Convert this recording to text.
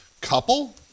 couple